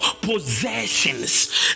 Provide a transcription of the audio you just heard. possessions